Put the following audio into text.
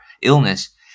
illness